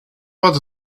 about